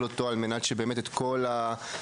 על מנת שנוכל מחר לעשות את כל ההשלמות,